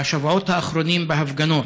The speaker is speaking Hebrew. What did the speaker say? בשבועות האחרונים, בהפגנות,